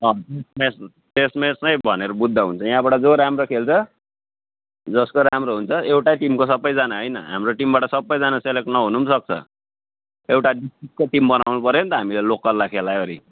test match test match नै भनेर बुझ्दा हुन्छ यहाँबाट जो राम्रो खेल्छ जसको राम्रो हुन्छ एउटै टिमको सबैजना होइन हाम्रो टिमबाट सबैजना सेलेक्ट नहुन पनि सक्छ एउटा डिस्ट्रिक्टको टिम बनाउनुपर्यो नि त हामीले लोकललाई खेलाइवरी